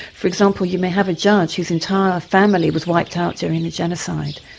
for example, you may have a judge whose entire family was wiped out during the genocide.